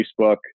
Facebook